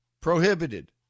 Prohibited